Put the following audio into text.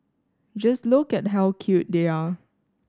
just look at how cute they are